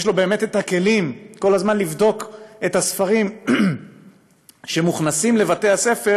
יש לו באמת כלים כל הזמן לבדוק את הספרים שמוכנסים לבתי-הספר